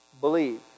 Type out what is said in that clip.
believe